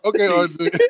Okay